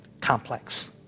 complex